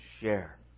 share